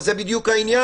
אבל אני לא בבית מלון פה.